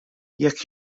jekk